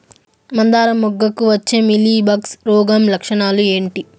మందారం మొగ్గకు వచ్చే మీలీ బగ్స్ రోగం లక్షణాలు ఏంటి?